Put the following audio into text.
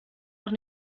auch